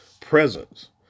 presence